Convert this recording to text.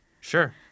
Sure